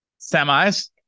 semis